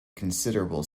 considerable